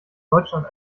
deutschland